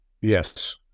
Yes